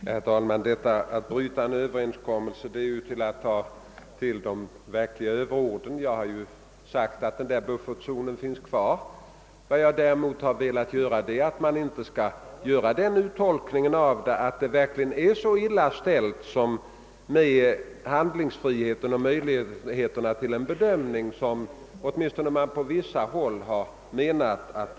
Herr talman! Att tala om att vi brutit en överenskommelse är verkligen att ta till överord. Buffertzonen finns kvar. Men vad jag har velat påpeka är att det verkligen inte i fortsättningen blir så illa ställt med handlingsfriheten och möjligheterna till en bedömning som man åtminstone på vissa håll velat göra gällande.